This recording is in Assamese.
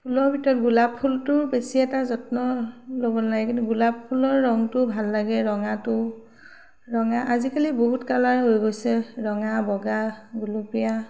ফুলৰ ভিতৰত গোলাপ ফুলটোৰ বেছি এটা যত্ন ল'ব নালাগে কিন্তু গোলাপ ফুলৰ ৰঙটো ভাল লাগে ৰঙাটো ৰঙা আজিকালি বহুত কালাৰ হৈ গৈছে ৰঙা বগা গোলপীয়া